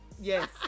yes